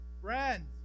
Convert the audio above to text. friends